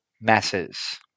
masses